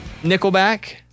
Nickelback